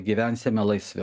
gyvensime laisvi